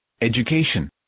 education